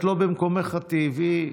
את לא במקומך הטבעי.